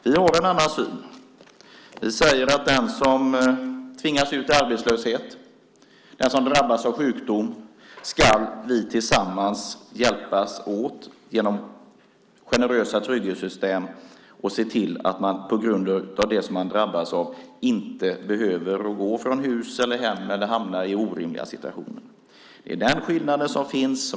Vi har en annan syn. Vi säger att den som tvingas ut i arbetslöshet eller drabbas av sjukdom ska vi tillsammans hjälpa med hjälp av generösa trygghetssystem. Man ska inte behöva gå från hus och hem eller hamna i orimliga situationer på grund av det man har drabbats av.